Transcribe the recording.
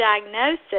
diagnosis